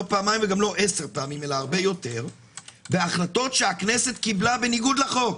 לא פעמיים וגם לא עשר אלא הרבה יותר בהחלטות שהכנסת קיבלה בניגוד לחוק.